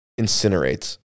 incinerates